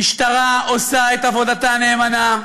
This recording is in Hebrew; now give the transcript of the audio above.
המשטרה עושה את עבודתה נאמנה.